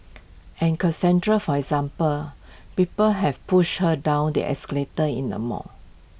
and Cassandra for example people have pushed her down the escalator in the mall